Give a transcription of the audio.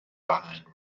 behind